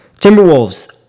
Timberwolves